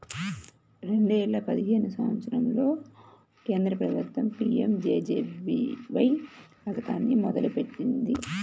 రెండేల పదిహేను సంవత్సరంలో కేంద్ర ప్రభుత్వం పీయంజేజేబీవై పథకాన్ని మొదలుపెట్టింది